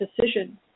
decision